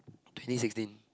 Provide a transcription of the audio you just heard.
twenty sixteen